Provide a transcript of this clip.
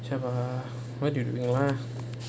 shabbha what you doing lah